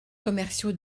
commerciaux